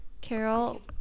Carol